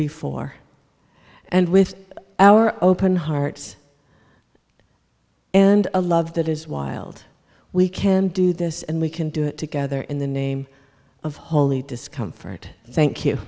before and with our open hearts and a love that is wild we can do this and we can do it together in the name of holy discomfort thank you